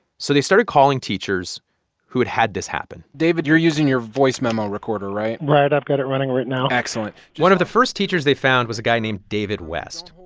so they started calling teachers who had had this happen david, you're using your voice memo recorder, right? right, i've got it running right now excellent one of the first teachers they found was guy named david west.